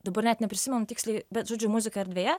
dabar net neprisimenu tiksliai bet žodžiu muzika erdvėje